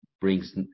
brings